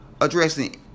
addressing